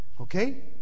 Okay